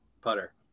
putter